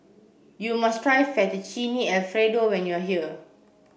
you must try Fettuccine Alfredo when you are here